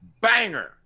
banger